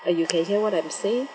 uh you can hear what I'm saying